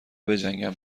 بجنگم